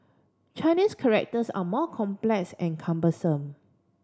Chinese characters are more complex and cumbersome